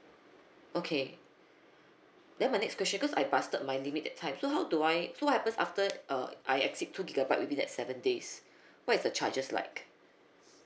okay then my next question because I busted my limit that time so how do I so what happens after uh I exceed two gigabyte within like seven days what is the charges like